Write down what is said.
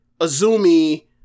azumi